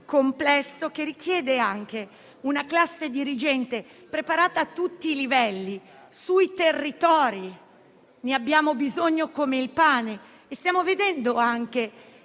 complesso richiede anche una classe dirigente preparata a tutti i livelli sui territori. Ne abbiamo bisogno come il pane e stiamo vedendo in